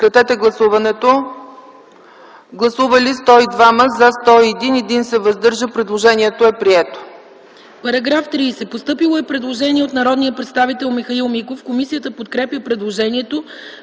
По § 30 е постъпило предложение от народния представител Михаил Миков. Комисията подкрепя предложението.